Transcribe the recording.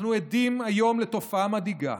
אנחנו עדים היום לתופעה מדאיגה